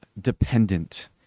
dependent